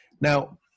Now